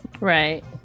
right